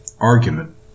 argument